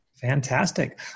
Fantastic